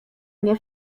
mnie